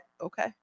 Okay